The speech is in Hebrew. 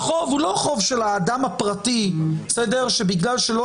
שהחוב הוא לא חוב של האדם הפרטי שבגלל שלא